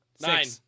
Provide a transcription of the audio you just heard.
Nine